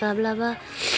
माब्लाबा